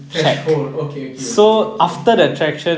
threshold okay okay okay okay okay